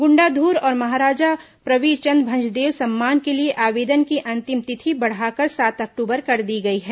गुण्डाधूर और महाराजा प्रवीरचंद भंजदेव सम्मान के लिए आवेदन की अंतिम तिथि बढ़ाकर सात अक्टूबर कर दी गई है